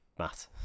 Matt